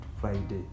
Friday